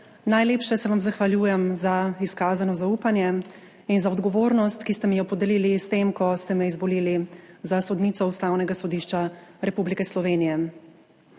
Najlepše se vam zahvaljujem za izkazano zaupanje in za odgovornost, ki ste mi jo podelili s tem, ko ste me izvolili za sodnico Ustavnega sodišča Republike Slovenije.